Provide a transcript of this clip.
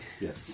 Yes